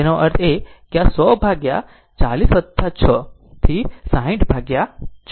તેનો અર્થ એ કે આ 100 ભાગ્યા 40 6 થી 60 ભાગ્યા 6